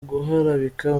guharabika